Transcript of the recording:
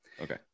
Okay